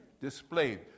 displayed